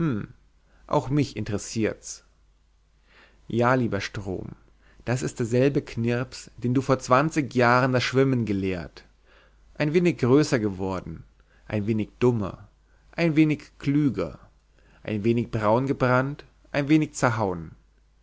auch mich interessiert's ja lieber strom das ist derselbe knirps den du vor zwanzig jahren das schwimmen gelehrt ein wenig größer geworden ein wenig dummer ein wenig klüger ein wenig braun gebrannt ein wenig zerhauen